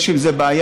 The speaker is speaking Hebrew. יש עם זה בעיה,